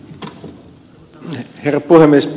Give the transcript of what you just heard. arvoisa herra puhemies